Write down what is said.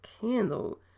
candle